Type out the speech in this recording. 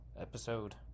episode